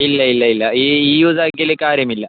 ഇല്ല ഇല്ല ഇല്ല ഈ ഈ ഒതാക്കിയതിൽ കാര്യമില്ല